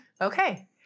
Okay